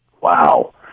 Wow